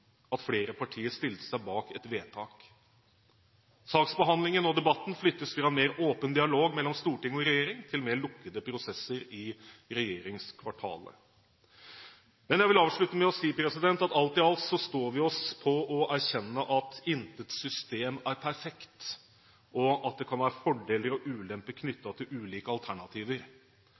at flere partier stilte seg bak et vedtak. Saksbehandlingen og debatten flyttes fra mer åpen dialog mellom storting og regjering til mer lukkede prosesser i regjeringskvartalet. Jeg vil avslutte med å si at alt i alt står vi oss på å erkjenne at intet system er perfekt, og at det kan være fordeler og ulemper knyttet til ulike alternativer.